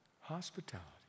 Hospitality